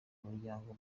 umuryango